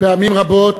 פעמים רבות